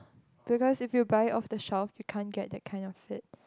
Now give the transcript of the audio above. because if you buy of the shop you can't get that kind of fit